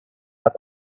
out